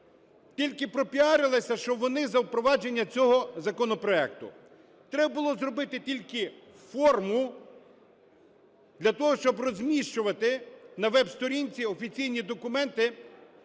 тільки пропіарилася, що вони за впровадження цього законопроекту. Треба було зробити форму для того, щоб розміщувати на веб-сторінці офіційні документи